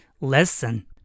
lesson